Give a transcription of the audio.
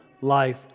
life